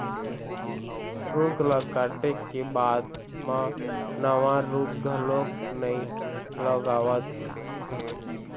रूख ल काटे के बाद म नवा रूख घलोक नइ लगावत हे